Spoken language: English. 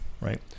right